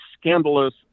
scandalous